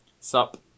Sup